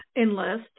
enlist